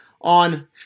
on